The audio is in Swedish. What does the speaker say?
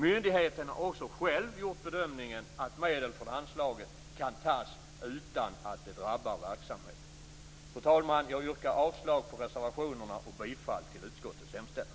Myndigheten har också själv gjort den bedömningen att medel från anslaget kan tas utan att det drabbar verksamheten. Fru talman! Jag yrkar avslag på reservationerna och bifall till utskottets hemställan.